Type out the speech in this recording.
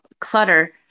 clutter